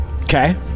Okay